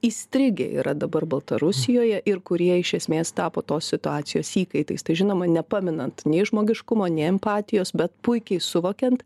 įstrigę yra dabar baltarusijoje ir kurie iš esmės tapo tos situacijos įkaitais tai žinoma nepaminant nei žmogiškumo nei empatijos bet puikiai suvokiant